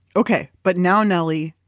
okay. but now nellie,